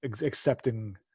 accepting